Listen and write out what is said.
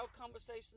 conversations